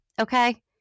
okay